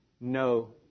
no